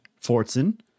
Fortson